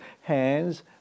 hands